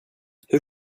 hur